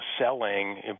selling